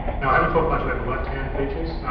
now i haven't talked much about the left hand features.